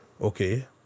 okay